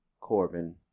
Corbin